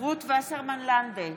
רות וסרמן לנדה,